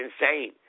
insane